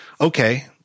okay –